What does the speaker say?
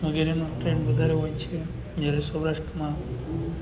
વગેરેનો ટ્રેન્ડ વધારે હોય છે જ્યારે સૌરાષ્ટ્રમાં